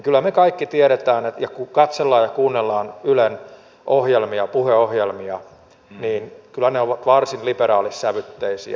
kyllä me kaikki tiedämme kun katselemme ja kuuntelemme ylen ohjelmia puheohjelmia että ne ovat varsin liberaalissävytteisiä